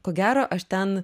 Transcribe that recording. ko gero aš ten